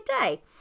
day